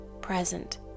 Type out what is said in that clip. present